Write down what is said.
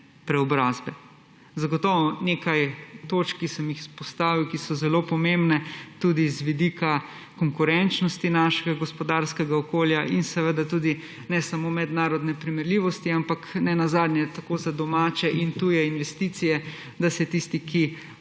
preobrazbe. Zagotovo nekaj točk, ki sem jih izpostavil, ki so zelo pomembne tudi z vidika konkurenčnosti našega gospodarskega okolja in ne samo mednarodne primerljivosti, ampak nenazadnje za domače in tuje investicije, da tisti, ki